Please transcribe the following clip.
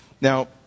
Now